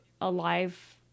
alive